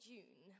June